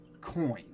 coin